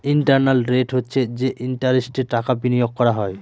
internal rate হচ্ছে যে ইন্টারেস্টে টাকা বিনিয়োগ করা হয়